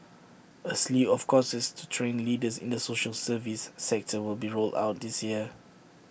A slew of courses to train leaders in the social service sector will be rolled out this year